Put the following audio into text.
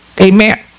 Amen